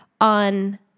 on